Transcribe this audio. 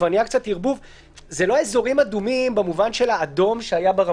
אדום או ירוק.